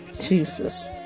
Jesus